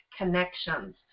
connections